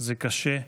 זה קשה,